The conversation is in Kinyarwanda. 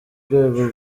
rwego